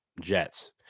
Jets